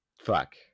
fuck